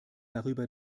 darüber